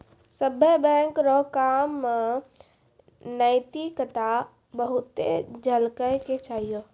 सभ्भे बैंक रो काम मे नैतिकता बहुते झलकै के चाहियो